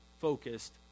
focused